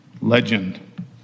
legend